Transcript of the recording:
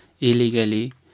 illegally